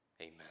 Amen